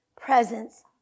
presence